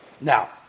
Now